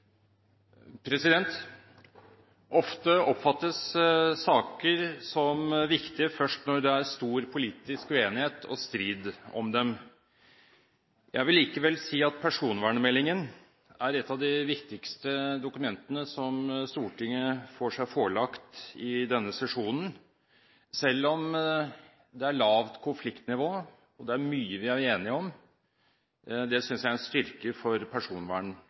vedtatt. Ofte oppfattes saker som viktige først når det er stor politisk uenighet og strid om dem. Jeg vil likevel si at personvernmeldingen er et av de viktigste dokumentene Stortinget får seg forelagt i denne sesjonen, selv om det er lavt konfliktnivå. Det er mye vi er enige om – det synes jeg er en styrke for